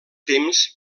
temps